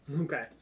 Okay